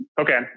okay